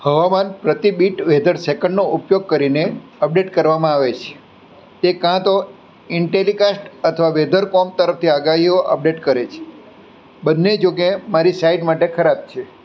હવામાન પ્રતિ beat weather સેકન્ડનો ઉપયોગ કરીને અપડેટ કરવામાં આવે છે તે કાં તો ઇન્ટેલિકાસ્ટ અથવા વેધરકોમ તરફથી આગાહીઓ અપડેટ કરે છે બંને જો કે મારી સાઇટ માટે ખરાબ છે